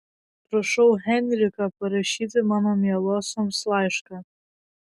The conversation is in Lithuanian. prašau henriką parašyti mano mielosioms laišką